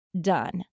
done